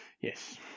Yes